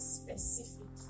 specific